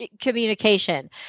communication